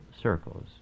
circles